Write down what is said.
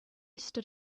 stood